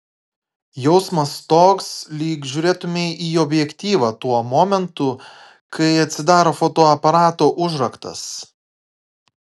jausmas toks lyg žiūrėtumei į objektyvą tuo momentu kai atsidaro fotoaparato užraktas